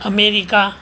America